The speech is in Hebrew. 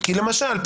למשל,